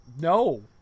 no